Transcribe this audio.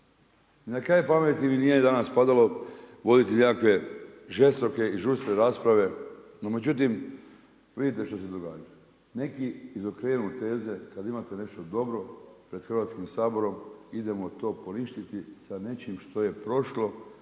na kraj pameti mi nije danas padalo voditi nekakve žestoke i žustre rasprave, no međutim vidite što se događa, neki izokrenu teze kada imate nešto dobro pred Hrvatskim saborom, idemo to poništiti sa nečim što je prošlo